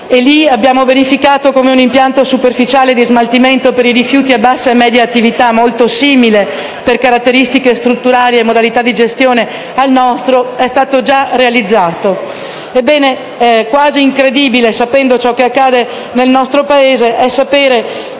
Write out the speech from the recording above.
e abbiamo verificato che un impianto superficiale di smaltimento dei rifiuti a bassa e media attività, molto simile al nostro per caratteristiche strutturali e modalità di gestione, è stato già realizzato. Ebbene, è quasi incredibile, sapendo ciò che accade nel nostro Paese, apprendere